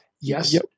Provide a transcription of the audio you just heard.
Yes